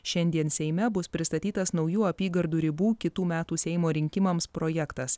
šiandien seime bus pristatytas naujų apygardų ribų kitų metų seimo rinkimams projektas